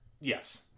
Yes